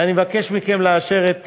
ואני מבקש מכם לאשר את